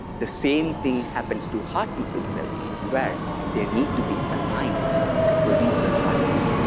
the same thing happens to heart muscle cells where they need to be aligned to produce a heartbeat.